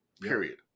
Period